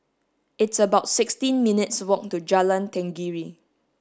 it's about sixteent minutes' walk to Jalan Tenggiri